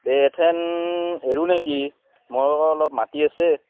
দে এথেন এৰো নেকি মোৰো অলপ মাতি আছে